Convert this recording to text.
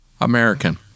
American